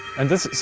and this is,